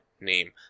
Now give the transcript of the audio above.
name